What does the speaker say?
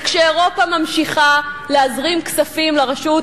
וכשאירופה ממשיכה להזרים כספים לרשות,